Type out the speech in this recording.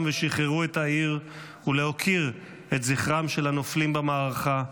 ושחררו את העיר ולהוקיר את זכרם של הנופלים במערכה,